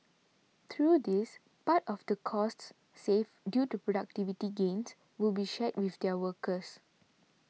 through this part of the costs saved due to productivity gains will be shared with their workers